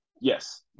Yes